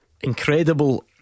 Incredible